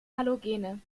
halogene